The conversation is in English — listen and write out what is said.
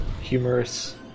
Humorous